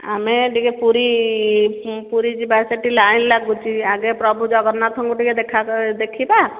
ଆମେ ଟିକେ ପୁରୀ ପୁରୀ ଯିବା ସେଠି ଲାଇନ୍ ଲାଗୁଛି ଆଗେ ପ୍ରଭୁ ଜଗନ୍ନାଥଙ୍କୁ ଟିକେ ଦେଖିବା